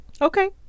Okay